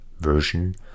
version